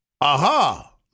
aha